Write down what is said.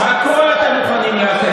שרפתם את הכול, הכול אתם מוכנים להקריב.